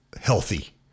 healthy